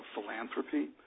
philanthropy